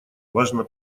важно